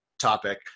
topic